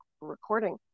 recording